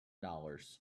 dollars